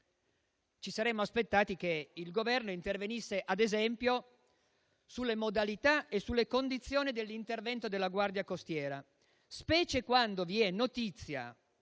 Ci saremmo aspettati che il Governo intervenisse, ad esempio, sulle modalità e sulle condizioni dell'intervento della Guardia costiera, specie quando vi è notizia